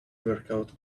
workout